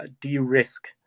de-risk